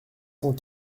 cent